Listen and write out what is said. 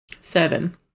Seven